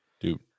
dude